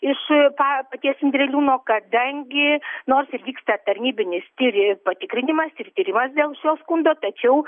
iš pa paties indreliūno kadangi nors ir vyksta tarnybinis tyri patikrinimas ir tyrimas dėl šio skundo tačiau